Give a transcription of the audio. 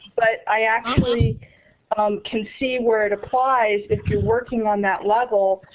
but i actually can see where it applies if you're working on that level,